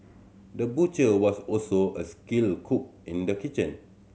the butcher was also a skilled cook in the kitchen